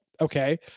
okay